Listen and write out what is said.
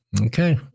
okay